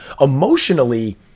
emotionally